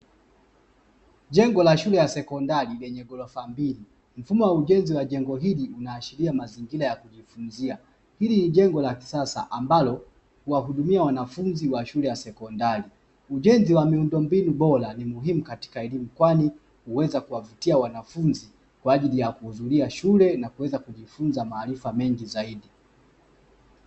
Jengo la shule ya sekondari lenye ghorofa mbili mfumo wa ujenzi wa jengo hili unaashiria mazingira ya kujifunzia, hili ni jengo la kisasa ambalo huwahudumia wanafunzi wa shule ya sekondari, ujenzi wa miundombinu bora ni muhimu katika elimu kwani huweza kuwavutia wanafunzi kwa ajili ya kuhudhuria shule na kuweza kujifunza maarifa mengi zaidi.